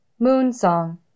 Moonsong